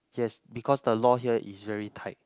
yes because the law here is very tight